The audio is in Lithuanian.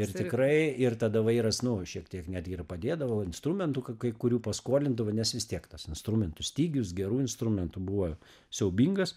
ir tikrai ir tada vairas nu šiek tiek netgi ir padėdavo instrumentų ka kai kurių paskolindavo nes vis tiek tas instrumentų stygius gerų instrumentų buvo siaubingas